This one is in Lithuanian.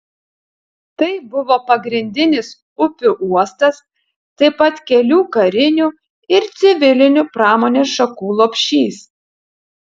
tai buvo pagrindinis upių uostas taip pat kelių karinių ir civilinių pramonės šakų lopšys